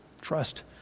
Trust